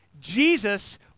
Jesus